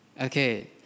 Okay